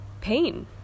pain